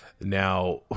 now